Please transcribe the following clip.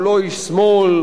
הוא לא איש שמאל,